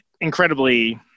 incredibly